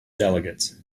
delegates